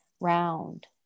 round